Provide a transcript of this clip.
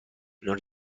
non